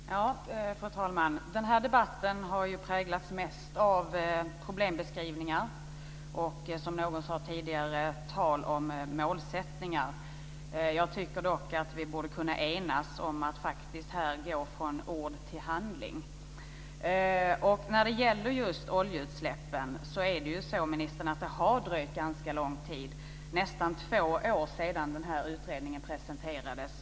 Fru talman! Den här debatten har präglats mest av problembeskrivningar och, som någon sade tidigare, tal om målsättningar. Jag tycker dock att vi borde kunna enas om att här faktiskt gå från ord till handling. När det gäller just oljeutsläppen har det faktiskt, ministern, dröjt ganska lång tid. Det är nästan två år sedan utredningen presenterades.